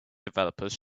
developers